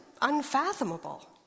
unfathomable